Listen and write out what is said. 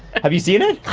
have you seen it?